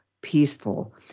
peaceful